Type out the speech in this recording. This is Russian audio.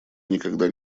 никогда